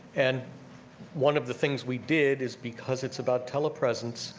and one of the things we did, is because it's about telepresence,